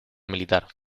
militar